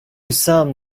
some